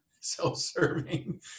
self-serving